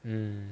mm